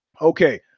Okay